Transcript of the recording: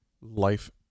life